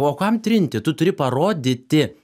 o kam trinti tu turi parodyti